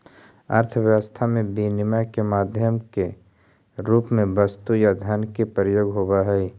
अर्थव्यवस्था में विनिमय के माध्यम के रूप में वस्तु या धन के प्रयोग होवऽ हई